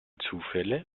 zufälle